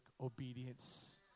obedience